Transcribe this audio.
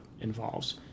involves